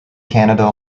canada